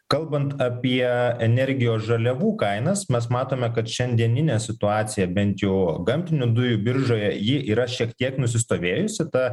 kalbant apie energijos žaliavų kainas mes matome kad šiandieninė situacija bent jau gamtinių dujų biržoje ji yra šiek tiek nusistovėjusi ta